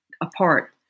apart